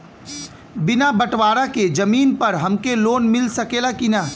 बिना बटवारा के जमीन पर हमके लोन मिल सकेला की ना?